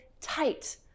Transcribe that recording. tight